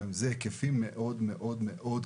אבל אלה היקפים מאוד קטנים.